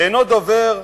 שאינו דובר,